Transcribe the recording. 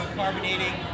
carbonating